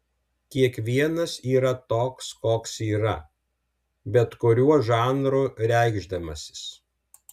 kiekvienas yra toks koks yra bet kuriuo žanru reikšdamasis